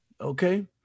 okay